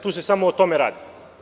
Tu se samo o tome radi.